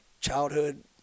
childhood